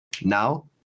Now